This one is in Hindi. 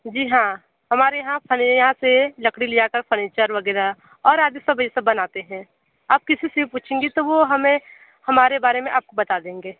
जी हाँ हमारे यहाँ यहाँ से लकड़ी ले जा कर फर्नीचर वग़ैरह और ये सब बनाते हैं आप किसी से पूछेंगी तो वो हमें हमारे बारे में आप को बता देंगे